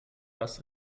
das